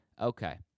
Okay